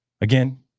Again